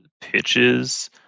pitches